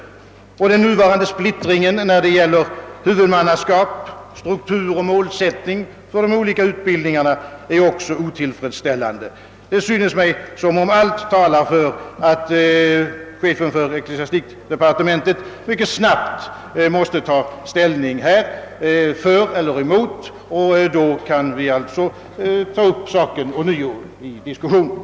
Den nuvarande splittringen när det gäller huvudmannaskap, struktur och målsättning för de olika utbildningsvägarna är också otillfredsställande. Det synes mig som om allt talar för att chefen för ecklesiastikdepartementet mycket snabbt måste ta ställning för eller mot i detta sammanhang, och då kan vi alltså ta upp saken ånyo i diskussionen.